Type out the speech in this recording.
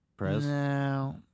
No